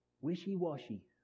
wishy-washy